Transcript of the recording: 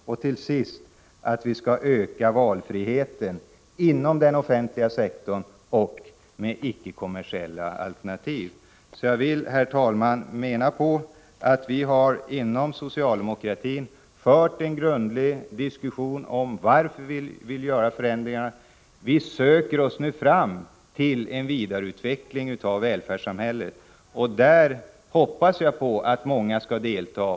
Det är också viktigt att vi ökar valfriheten inom den offentliga sektorn genom icke-kommersiella alternativ. Så, herr talman, jag framhåller att vi inom socialdemokratin har fört en grundlig diskussion om förnyelsen av den offentliga sektorn. Vi söker oss nu fram till en vidareutveckling av välfärdssamhället. I det arbetet hoppas jag att många skall delta.